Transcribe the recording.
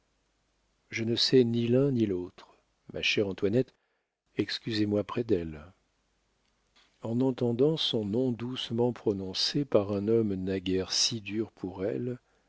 je ne sais ni l'un ni l'autre ma chère antoinette excusez-moi près d'elle en entendant son nom doucement prononcé par un homme naguère si dur pour elle